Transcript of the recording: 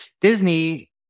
Disney